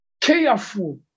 careful